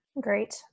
Great